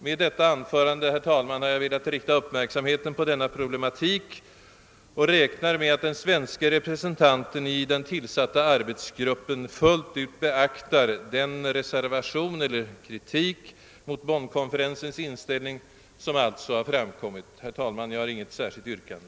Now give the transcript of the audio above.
Med detta anförande, herr talman, har jag velat rikta uppmärksamheten på denna problematik och räknar med att den svenske representanten i den tillsatta arbetsgruppen fullt ut beaktar den reservation eller den kritik mot Bonnkonferensens inställning, som alltså nu har framkommit. Herr talman! Jag har inget särskilt yrkande.